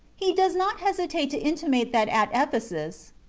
he does not hesitate to intimate that at ephesus,